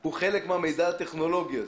הוא חלק מהמידע הטכנולוגי.